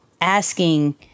asking